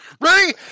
Ready